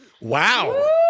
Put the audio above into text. Wow